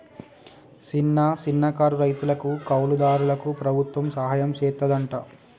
సిన్న, సన్నకారు రైతులకు, కౌలు దారులకు ప్రభుత్వం సహాయం సెత్తాదంట